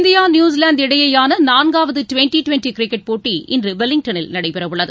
India New Zealand இடையேயானநான்காவதுடிவெண்டிடிவெண்டிகிரிக்கெட் போட்ட இன்றுவெலிங்டனில் நடைபெறவுள்ளது